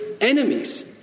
enemies